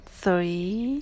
three